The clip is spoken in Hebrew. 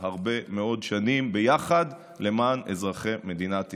הרבה מאוד שנים ביחד למען אזרחי מדינת ישראל.